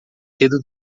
cedo